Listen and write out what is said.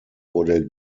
wurde